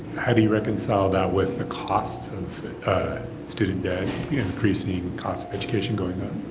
how do you reconcile that with the cost of student debt, increasing costs education going up?